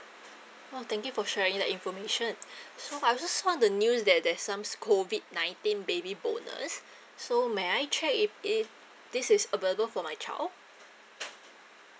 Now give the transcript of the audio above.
oh thank you for sharing that information so I also saw the news that there's some COVID nineteen baby bonus so may I check if if this is available for my child